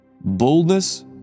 Boldness